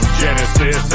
genesis